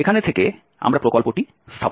এখান থেকে আমরা প্রকল্পটি স্থাপন করব